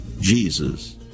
Jesus